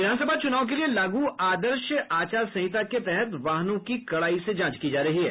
विधानसभा चुनाव के लिए लागू आदर्श आचार संहिता के तहत वाहनों की कड़ाई से जांच की जा रही है